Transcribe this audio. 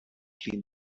clean